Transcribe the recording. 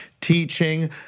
teaching